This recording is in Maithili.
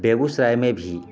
बेगूसरायमे भी